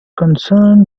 concerned